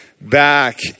back